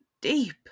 deep